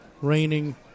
raining